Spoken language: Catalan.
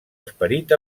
esperit